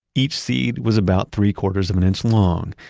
each seed was about three quarters of an inch long.